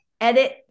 Edit